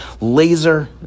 laser